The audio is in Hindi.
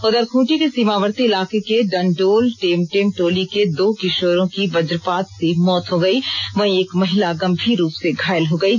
उधर खूंटी के सीमावर्ती इलाके के डंडोल टेमटेमटोली के दो किशोरों की वजपात से मौत हो गई वहीं एक महिला गंभीर रुप से घायल हो गयी